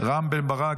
רם בן ברק,